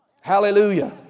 Hallelujah